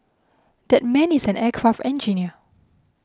that man is an aircraft engineer